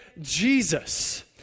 Jesus